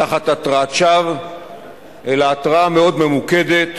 תחת התרעת שווא, אלא התרעה מאוד ממוקדת,